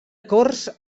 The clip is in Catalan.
corts